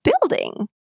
building